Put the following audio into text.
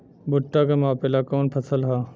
भूट्टा के मापे ला कवन फसल ह?